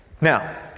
Now